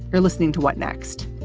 you're listening to what next?